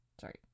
Sorry